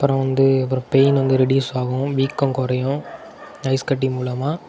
அப்புறம் வந்து அப்புறம் பெயின் வந்து ரெடியூஸ் ஆகும் வீக்கம் குறையும் ஐஸ் கட்டி மூலமாக